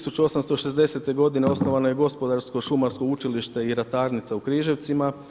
1860. godine osnovano je Gospodarsko šumarsko učilište i ratarnica u Križevcima.